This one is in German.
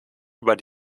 über